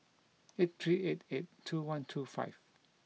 eight three eight eight two one two five